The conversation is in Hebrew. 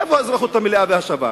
איפה האזרחות המלאה והשווה?